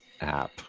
app